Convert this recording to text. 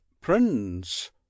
prince